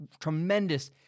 tremendous